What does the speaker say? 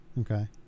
okay